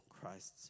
Christ's